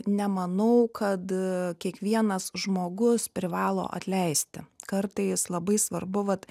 nemanau kad kiekvienas žmogus privalo atleisti kartais labai svarbu vat